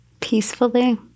Peacefully